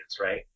right